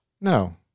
No